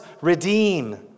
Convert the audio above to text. redeem